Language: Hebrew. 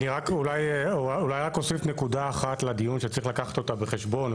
אני רק אולי אוסיף נקודה אחת לדיון שצריך לקחת אותה בחשבון,